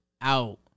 out